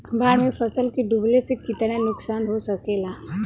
बाढ़ मे फसल के डुबले से कितना नुकसान हो सकेला?